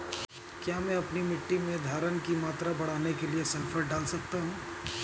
क्या मैं अपनी मिट्टी में धारण की मात्रा बढ़ाने के लिए सल्फर डाल सकता हूँ?